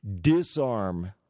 disarm